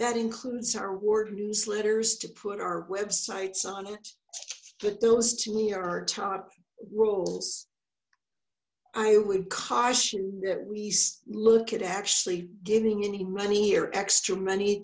that includes our ward newsletters to put our websites on it but those to me are our top roles i would caution that we look at actually giving an money or extra money